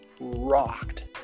rocked